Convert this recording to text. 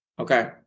okay